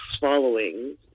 following